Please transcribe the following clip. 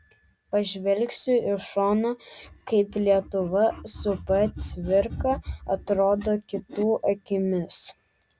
pažvelgsiu iš šono kaip lietuva su p cvirka atrodo kitų akimis